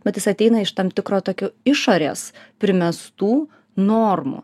bet jis ateina iš tam tikro tokių išorės primestų normų